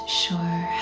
sure